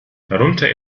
darunter